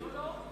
לא,